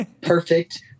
perfect